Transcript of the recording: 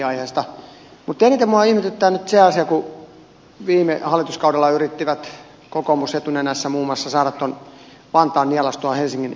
eniten minua ihmetyttää nyt se asia kun viime hallituskaudella yritti kokoomus etunenässä muun muassa saada vantaan nielaistua helsingin toimesta